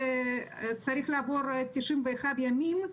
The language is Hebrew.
צריך לעבור 91 ימים,